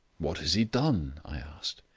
what has he done? i asked.